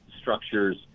structures